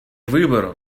выбором